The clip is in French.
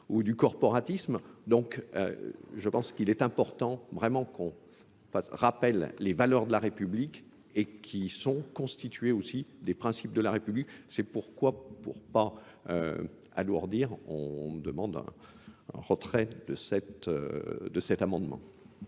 ou du corporatisme. Donc je pense qu'il est important vraiment qu'on rappelle les valeurs de la République et qu'ils sont constitués aussi des principes de la République. C'est pourquoi, pour pas à l'ourdir, on demande un retrait de cet amendement.